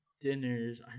dinners